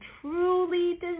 truly